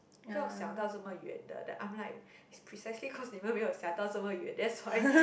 不要想到这么远的 then I'm like is precisely cause 你们没有想到这么远 that's why